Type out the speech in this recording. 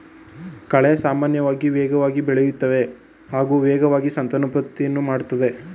ಕಳೆ ಸಾಮಾನ್ಯವಾಗಿ ವೇಗವಾಗಿ ಬೆಳೆಯುತ್ತವೆ ಹಾಗೂ ವೇಗವಾಗಿ ಸಂತಾನೋತ್ಪತ್ತಿಯನ್ನು ಮಾಡ್ತದೆ